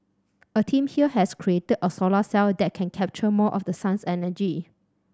a team here has created a solar cell that can capture more of the sun's energy